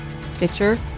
Stitcher